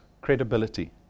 credibility